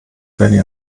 benny